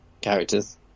characters